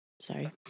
Sorry